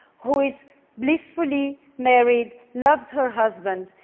who is blissfully married, loves her husband,